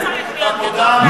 לא צריך להיות גדול באנטומיה.